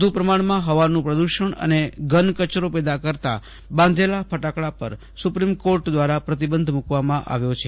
વધુ પ્રમાણમાં હવાનું પ્રદુષણ અને ઘન કચરો પેદા કરતાં બાંધેલા ફટાકડા પર સુપ્રિમ કોર્ટ દ્વારા પ્રતિબંધ મુકવામાં આવ્યો છે